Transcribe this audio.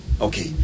Okay